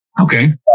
Okay